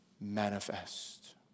manifest